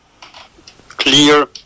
clear